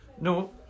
No